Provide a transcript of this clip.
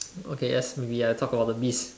okay let's maybe ya talk about the beast